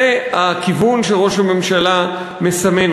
זה הכיוון שראש הממשלה מסמן.